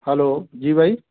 hello जी भाई